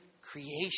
creation